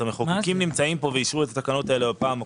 אז המחוקקים נמצאים פה ואישרו את התקנות האלה בפעם הקודמת.